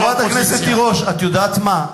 חברת הכנסת תירוש, את יודעת מה?